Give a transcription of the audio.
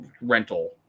rental